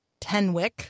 Tenwick